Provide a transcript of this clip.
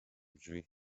drzwi